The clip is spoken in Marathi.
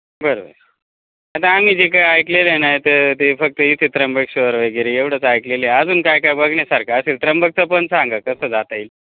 बर बर आता आम्ही जे काय ऐकलेले आहे नाही तर ते फक्त इथे त्र्यंबकेश्वर वगैरे एवढंच ऐकलेले आहे अजून काय काय बघण्यासारखं असेल त्र्यंबकचं पण सांगा कसं जाता येईल